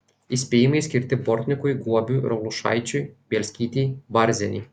įspėjimai skirti bortnikui guobiui raulušaičiui bielskytei varzienei